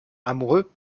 amoureux